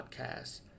podcast